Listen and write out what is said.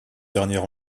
dernier